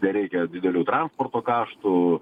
nereikia didelių transporto kaštų